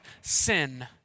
sin